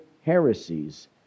heresies